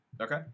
okay